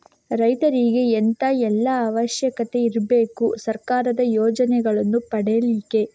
ರೈತರಿಗೆ ಎಂತ ಎಲ್ಲಾ ಅವಶ್ಯಕತೆ ಇರ್ಬೇಕು ಸರ್ಕಾರದ ಯೋಜನೆಯನ್ನು ಪಡೆಲಿಕ್ಕೆ?